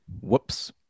Whoops